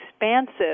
expansive